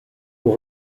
aux